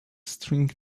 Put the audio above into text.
string